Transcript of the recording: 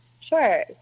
Sure